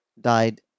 died